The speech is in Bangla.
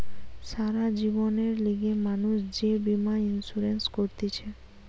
সারা জীবনের লিগে মানুষ যে বীমা ইন্সুরেন্স করতিছে